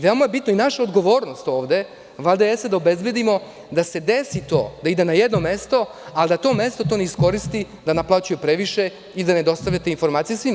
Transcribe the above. Veoma je bitno i naša je odgovornost ovde da obezbedimo da se desi to da ide na jedno mesto, a da to mesto to ne iskoristi, da naplaćuje previše i da ne dostave te informacije svima.